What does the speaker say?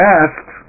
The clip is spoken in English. asked